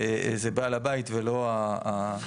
זה בעל הבית ולא השוכר.